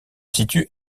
situe